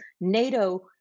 NATO